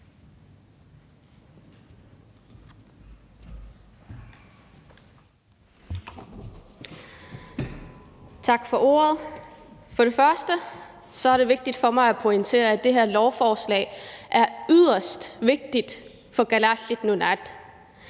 Tak for ordet. Først er det vigtigt for mig at pointere, at det her lovforslag er yderst vigtigt for Kalaallit Nunaat.